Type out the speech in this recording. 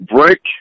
Break